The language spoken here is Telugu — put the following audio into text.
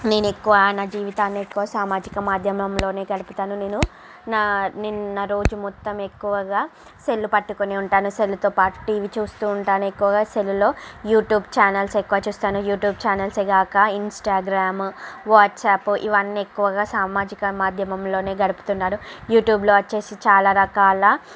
నేను ఎక్కువ నా జీవితాన్ని ఎక్కువ సామాజిక మాధ్యమంలో గడుపుతాను నేను నా నిన్ నా రోజు మొత్తం ఎక్కువగా సెల్ పట్టుకుని ఉంటాను సెల్తో పాటు టీవీ చూస్తు ఉంటాను ఎక్కువగా సెల్లో యూట్యూబ్ ఛానెల్స్ ఎక్కువ చూస్తాను యూట్యూబ్ ఛానల్సే గాక ఇన్స్టాగ్రామ్ వాట్సాప్ ఇవన్నీ ఎక్కువగా సామాజిక మాధ్యమంలో గడుపుతున్నాను యూట్యూబ్లో వచ్చి చాలా రకాల